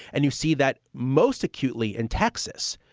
and you see that most acutely in texas,